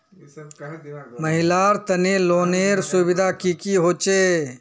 महिलार तने लोनेर सुविधा की की होचे?